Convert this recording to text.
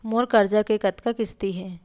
मोर करजा के कतका किस्ती हे?